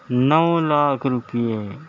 نو لاکھ روپیے